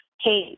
hey